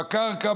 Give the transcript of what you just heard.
בקרקע,